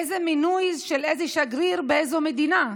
איזה מינוי של איזה שגריר באיזו מדינה.